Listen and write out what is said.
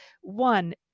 One